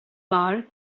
bar